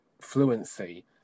fluency